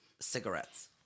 cigarettes